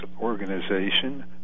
organization